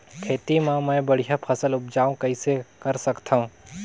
खेती म मै बढ़िया फसल उपजाऊ कइसे कर सकत थव?